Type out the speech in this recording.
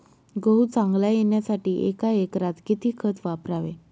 गहू चांगला येण्यासाठी एका एकरात किती खत वापरावे?